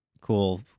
cool